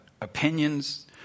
opinions